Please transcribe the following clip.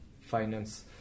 finance